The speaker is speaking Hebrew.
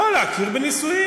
לא, להכיר בנישואים.